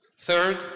Third